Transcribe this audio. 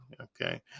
Okay